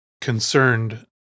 concerned